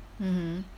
mmhmm